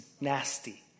nasty